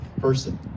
person